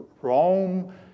Rome